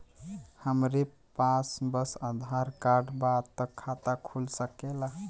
हमरे पास बस आधार कार्ड बा त खाता खुल सकेला?